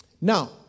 Now